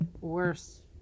worse